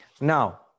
Now